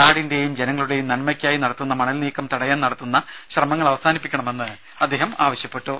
നാടിന്റെയും ജനങ്ങളുടെയും നന്മയ്ക്കായി നടത്തുന്ന മണൽനീക്കം തടയാൻ നടത്തുന്ന ശ്രമങ്ങൾ അവസാനിപ്പിക്കണമെന്ന് അദ്ദേഹം പറഞ്ഞു